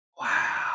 wow